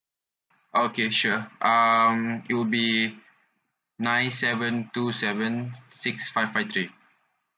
okay sure um it would be nine seven two seven six five five three